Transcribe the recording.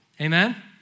Amen